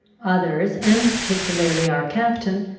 others, and particularly our captain,